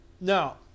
Now